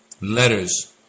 letters